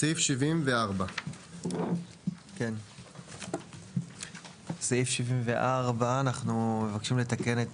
סעיף 74. בסעיף 74 אנחנו מבקשים לתקן את